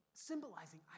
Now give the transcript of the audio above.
Symbolizing